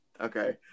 okay